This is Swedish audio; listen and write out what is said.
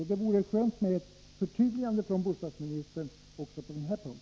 Det vore skönt med ett förtydligande från bostadsministern även på denna punkt.